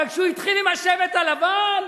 אבל כשהוא התחיל עם "השבט הלבן"